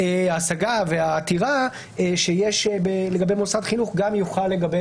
ההשגה והעתירה שיש לגבי מוסד חינוך גם יוחל לגבי